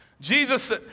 Jesus